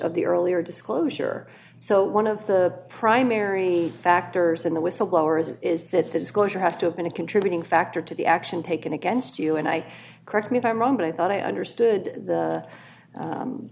of the earlier disclosure so one of the primary factors in the whistleblowers is that the disclosure has to have been a contributing factor to the action taken against you and i correct me if i'm wrong but i thought i understood